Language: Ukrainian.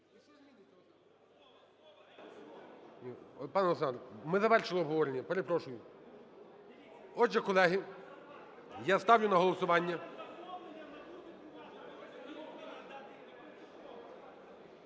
Пан Олександр, ми завершили обговорення. Перепрошую. Отже, колеги, я ставлю на голосування…